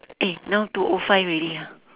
eh now two O five already ah